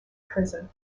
prison